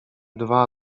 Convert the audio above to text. dwa